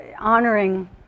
honoring